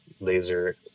laser